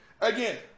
Again